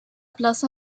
place